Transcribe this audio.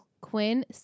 Quinn